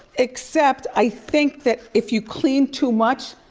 except i think that if you clean too much,